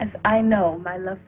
and i know i love